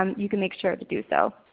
um you can make sure to do so.